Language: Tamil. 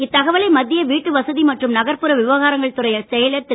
இத்தகவலை மத்திய வீட்டு வசதி மற்றும் நகர்புற விவகாரங்கள் துறை செயலர் திரு